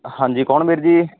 ਹਾਂਜੀ ਕੌਣ ਵੀਰ ਜੀ